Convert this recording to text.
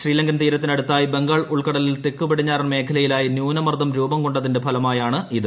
ശ്രീലങ്കൻ തീരത്തിനടുത്തായി ബംഗാൾ ഉൾക്കടൂലിൽ തെക്ക്പടിഞ്ഞാറൻ മേഖലയിലായി ന്യൂനമർദ്ദം രൂപം കൊണ്ടതിന്റെ ഫലമായാണ് ഇത്